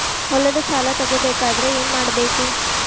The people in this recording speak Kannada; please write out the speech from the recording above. ಹೊಲದ ಸಾಲ ತಗೋಬೇಕಾದ್ರೆ ಏನ್ಮಾಡಬೇಕು?